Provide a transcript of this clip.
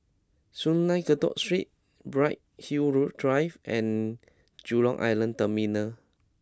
Sungei Kadut Street Bright Hill Drive and Jurong Island Terminal